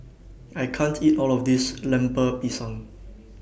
I can't eat All of This Lemper Pisang